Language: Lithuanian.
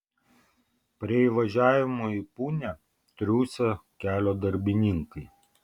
prie įvažiavimo į punią triūsė kelio darbininkai